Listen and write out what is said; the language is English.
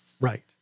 Right